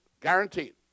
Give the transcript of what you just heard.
Guaranteed